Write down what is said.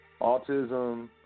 autism